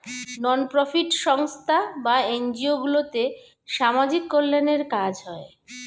নন profit সংস্থা বা NGO গুলোতে সামাজিক কল্যাণের কাজ হয়